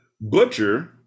Butcher